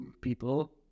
people